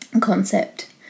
concept